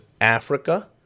Africa